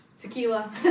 tequila